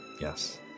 Yes